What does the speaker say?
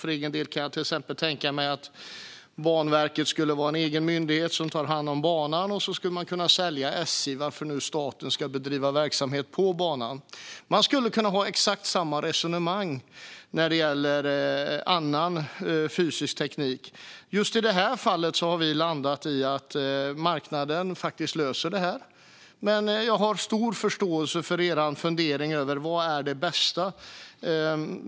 För egen del kan jag till exempel tänka mig att Banverket skulle vara en egen myndighet som tar hand om banan, och så skulle man kunna sälja SJ. För varför ska staten bedriva verksamhet på banan? Man skulle kunna föra exakt samma resonemang när det gäller annan fysisk teknik. Just i det här fallet har vi landat i att marknaden löser detta, men jag har stor förståelse för er fundering över vad det värsta är.